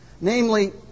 Namely